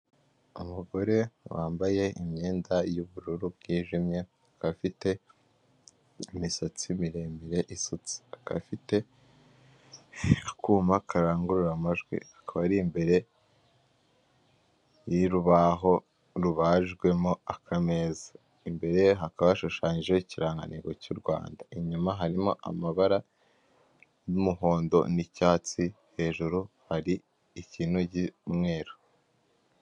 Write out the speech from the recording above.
Umugore wambaye imyenda y'ubururu bwijimye, akaba afite n'imisatsi miremire isutse. Akaba afite akuma karangurura amajwi. Akaba ari imbere y'urubaho rubajwemo akameza. Imbere ye hakaba hashushanyijeho ikirangantego cy'u Rwanda. Inyuma harimo amabara y'umuhondo n'icyatsi, hejuru hari ikintu cy'umweru.